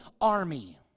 army